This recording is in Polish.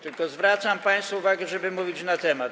Tylko zwracam państwu uwagę, żeby mówić na temat.